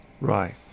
Right